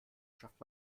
schafft